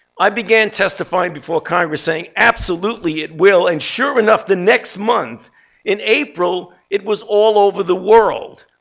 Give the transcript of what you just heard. i began testifying before congress saying, absolutely, it will. and sure enough, the next month in april, it was all over the world.